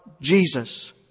Jesus